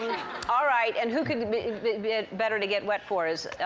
all right, and who can better to get wet for, is,